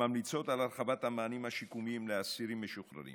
הממליצות על הרחבת המענים השיקומיים לאסירים משוחררים